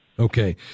Okay